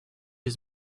out